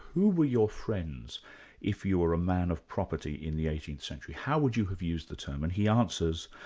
who were your friends if you were a man of property in the eighteenth century? how would you have used the term? and he answers,